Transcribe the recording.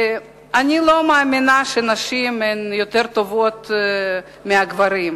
אני לא מאמינה שנשים הן יותר טובות מהגברים,